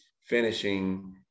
finishing